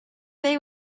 bay